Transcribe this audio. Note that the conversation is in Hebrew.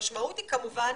המשמעות היא כמובן